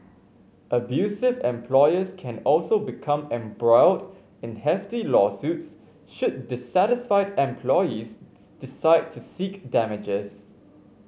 abusive employers can also become embroiled in hefty lawsuits should dissatisfied employees decide to seek damages